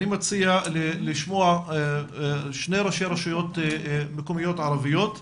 אני מציע לשמוע שני ראשי רשויות מקומיות ערביות,